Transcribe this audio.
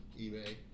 eBay